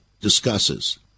discusses